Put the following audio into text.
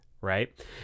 Right